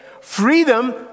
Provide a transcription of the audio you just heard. Freedom